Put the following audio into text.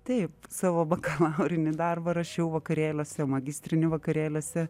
taip savo bakalaurinį darbą rašiau vakarėliuose magistrinį vakarėliuose